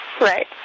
Right